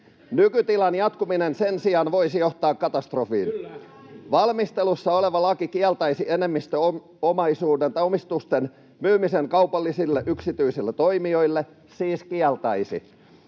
Nykytilan jatkuminen sen sijaan voisi johtaa katastrofiin. Valmistelussa oleva laki kieltäisi enemmistöomistusten myymisen kaupallisille yksityisille toimijoille — siis kieltäisi.